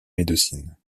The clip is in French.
médecine